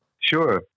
Sure